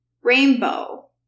rainbow